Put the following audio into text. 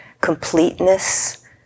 completeness